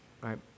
Right